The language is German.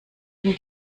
üben